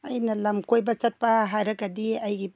ꯑꯩꯅ ꯂꯝ ꯀꯣꯏꯕ ꯆꯠꯄ ꯍꯥꯏꯔꯒꯗꯤ ꯑꯩꯒꯤ